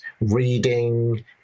reading